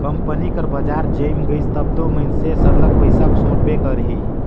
company कर बजार जइम गइस तब दो मइनसे सरलग पइसा सोंटबे करही